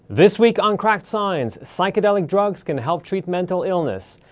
this week on cracked science psychedelic drugs can help treat mental illness.